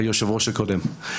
היושב ראש הקודם.